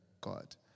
God